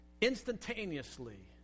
instantaneously